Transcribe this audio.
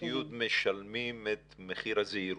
חטיבות הביניים וכיתות י' משלמים את מחיר הזהירות,